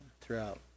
throughout